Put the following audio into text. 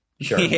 sure